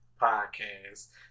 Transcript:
podcast